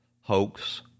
hoax